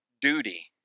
duty